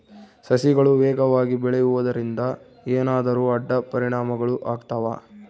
ಸಸಿಗಳು ವೇಗವಾಗಿ ಬೆಳೆಯುವದರಿಂದ ಏನಾದರೂ ಅಡ್ಡ ಪರಿಣಾಮಗಳು ಆಗ್ತವಾ?